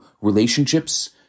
relationships